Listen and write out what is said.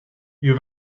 you